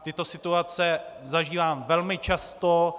Tyto situace zažívám velmi často.